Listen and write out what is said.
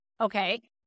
okay